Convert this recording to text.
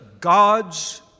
God's